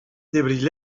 debriñ